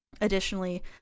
Additionally